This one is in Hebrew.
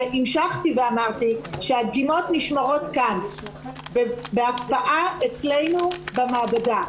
והמשכתי ואמרתי שהדגימות נשמרות כאן בהקפאה אצלנו במעבדה.